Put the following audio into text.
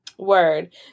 Word